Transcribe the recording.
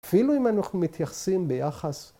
‫אפילו אם אנחנו מתייחסים ביחס.